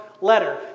letter